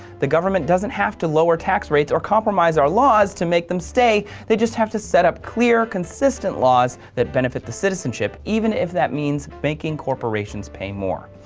the government doesn't have to lower tax rates or compromise our laws to make them stay. they just have to set up clear, consistent laws that benefit the citizenship, even if that means making corporations pay more.